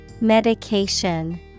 Medication